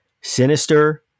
Sinister